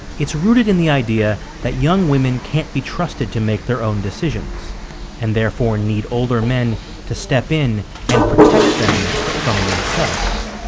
it's rooted in the idea that young women can't be trusted to make their own decisions and therefore need older men to step in and protect them from themselves